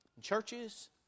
churches